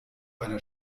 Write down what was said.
einer